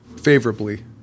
favorably